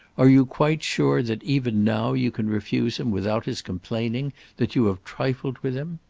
are you quite sure that even now you can refuse him without his complaining that you have trifled with him?